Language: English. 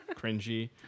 cringy